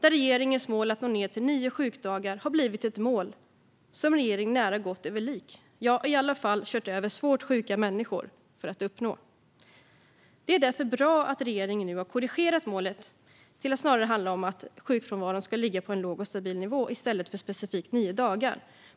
Regeringens mål att nå ned till nio sjukdagar har blivit ett mål som regeringen nära på gått över lik - ja, i alla fall kört över svårt sjuka människor - för att uppnå. Det är bra att regeringen nu har korrigerat målet till att handla om att sjukfrånvaron ska ligga på en låg och stabil nivå i stället för på specifikt nio dagar.